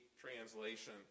translation